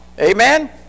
Amen